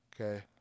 okay